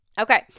Okay